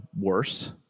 worse